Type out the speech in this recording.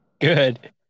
Good